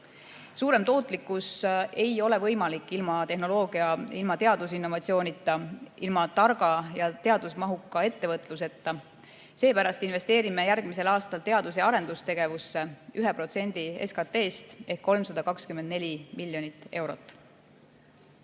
Suurem tootlikkus ei ole võimalik ilma tehnoloogiata, ilma teadusinnovatsioonita, ilma targa ja teadusmahuka ettevõtluseta. Seepärast investeerime järgmisel aastal teadus- ja arendustegevusse 1% SKT-st ehk 324 miljonit eurot.